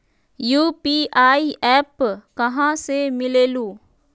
UPI app कहा से मिलेलु?